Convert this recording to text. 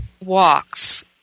walks